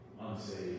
unsaved